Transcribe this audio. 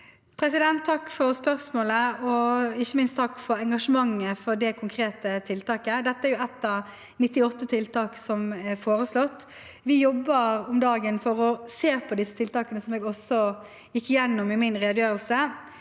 Takk for spørsmålet og ikke minst takk for engasjementet for det konkrete tiltaket. Dette et av 98 tiltak som er foreslått. Vi jobber om dagen med å se på disse på tiltakene, som jeg også gikk igjennom i min redegjørelse,